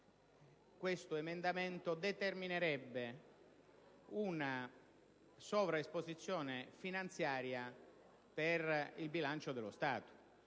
questo emendamento determinerebbe una sovraesposizione finanziaria per il bilancio dello Stato.